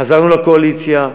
חזרנו לקואליציה,